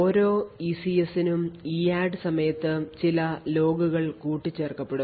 ഓരോ ECSനും EADD സമയത്ത് ചില ലോഗുകൾ കൂട്ടിച്ചേർക്കപ്പെടും